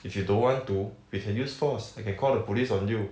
if you don't want to we can use force I can call the police on you